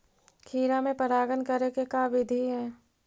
खिरा मे परागण करे के का बिधि है?